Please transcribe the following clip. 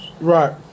Right